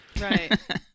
right